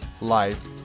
life